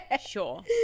sure